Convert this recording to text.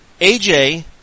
AJ